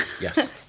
Yes